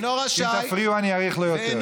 אם תפריעו, אני אאריך לו יותר.